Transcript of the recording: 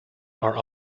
are